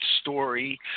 story